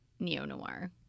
neo-noir